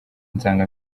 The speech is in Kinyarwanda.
nsanga